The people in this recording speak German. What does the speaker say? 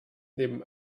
neben